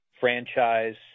franchise